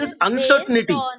uncertainty